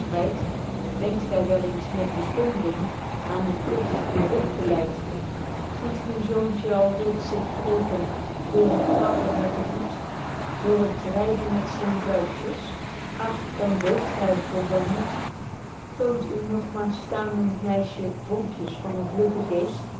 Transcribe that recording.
denkt gy wel eens met bekomring aan den pligt u opgeleid ziet g'uw zoontje alreeds zich wreeken door het trappen met den voet door het dreigen met zyn vuistjes ach dan beeft gy voor zyn moed toont uw nog maar staam'lend meisje vonkjes van een vluggen geest